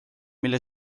mille